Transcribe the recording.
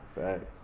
Facts